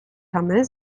tamy